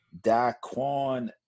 Daquan